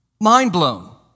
mind-blown